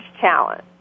challenge